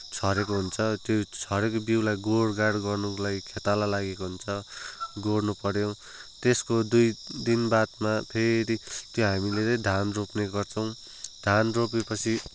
छरेको हुन्छ त्यो छरेको बिउलाई गोडगाड गर्नको लागि खेताला लागेको हुन्छ गोड्नुपर्यो त्यसको दुई दिन बादमा फेरि त्यहाँ हामीले नै धान रोप्ने गर्छौँ धान रोपेपछि